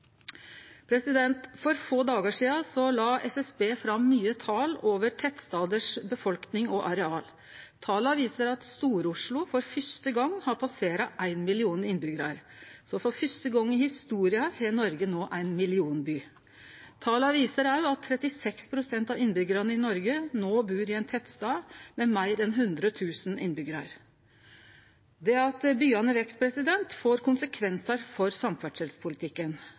fram. For få dagar sidan la SSB fram nye tal over befolkning og areal i tettstadar. Tala viser at Stor-Oslo for første gong har passert ein million innbyggjarar, så for første gong i historia er Noreg no ein millionby. Tala viser òg at 36 pst. av innbyggjarane i Noreg no bur i ein tettstad med meir enn 100 000 innbyggjarar. Det at byane veks, får konsekvensar for samferdselspolitikken.